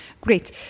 great